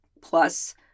plus